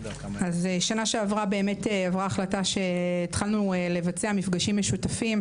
שעברה באמת עברה החלטה שהתחלנו לבצע מפגשים משותפים,